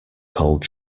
cold